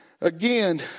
again